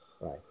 right